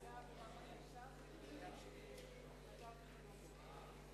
הצעת ועדת הכנסת בדבר השלמת הרכב